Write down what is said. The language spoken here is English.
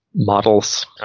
models